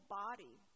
body